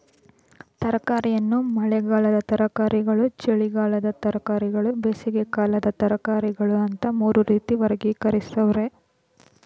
ತರಕಾರಿಯನ್ನು ಮಳೆಗಾಲದ ತರಕಾರಿಗಳು ಚಳಿಗಾಲದ ತರಕಾರಿಗಳು ಬೇಸಿಗೆಕಾಲದ ತರಕಾರಿಗಳು ಅಂತ ಮೂರು ರೀತಿ ವರ್ಗೀಕರಿಸವ್ರೆ